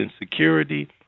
insecurity